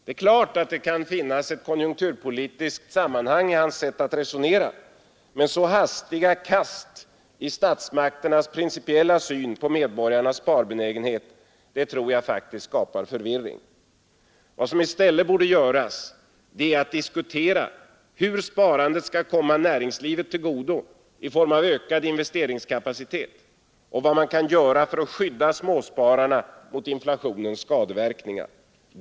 Det är klart att det kan finnas ett konjunkturpolitiskt sammanhang i hans sätt att resonera, men så hastiga kast i statsmakternas principiella syn på medborgarnas sparbenägenhet tror jag faktiskt skapar förvirring. Vad som i stället borde göras är att diskutera hur sparandet skall komma näringslivet till godo i form av ökad investeringskapacitet och vad man kan göra för att skydda småspararna mot inflationens skadeverkningar.